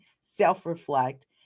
self-reflect